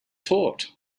taught